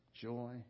joy